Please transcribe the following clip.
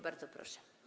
Bardzo proszę.